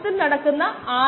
8 minus 17